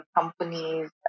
companies